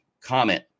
Comment